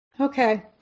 okay